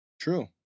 True